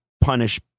punish